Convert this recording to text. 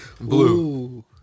Blue